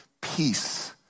peace